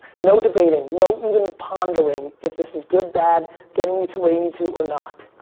no debating, no even pondering if this is good, bad, getting you to where you need to or not.